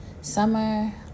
summer